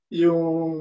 yung